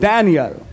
Daniel